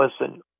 listen